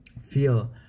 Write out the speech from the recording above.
feel